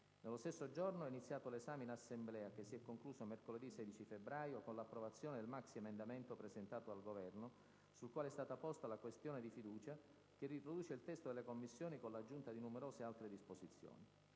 Nello stesso giorno è iniziato l'esame in Assemblea, che si è concluso mercoledì 16 febbraio con l'approvazione del maxiemendamento presentato dal Governo, sul quale è stata posta la questione di fiducia, che riproduce il testo delle Commissioni con l'aggiunta di numerose altre disposizioni.